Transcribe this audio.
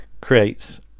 creates